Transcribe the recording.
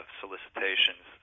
solicitations